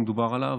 שמדובר עליו,